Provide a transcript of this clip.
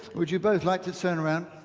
would you both like to turn around?